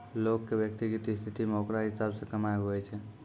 लोग के व्यक्तिगत स्थिति मे ओकरा हिसाब से कमाय हुवै छै